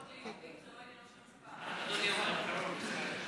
חיילות שחשופות לאיומים